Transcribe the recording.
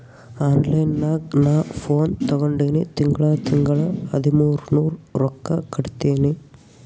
online ನಾಗ್ ನಾ phone ತಗೊಂಡಿನಿ ತಿಂಗಳಾ ತಿಂಗಳಾ ಹದಿಮೂರ್ ನೂರ್ ರೊಕ್ಕಾ ಕಟ್ಟತ್ತಿನಿ